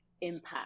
impact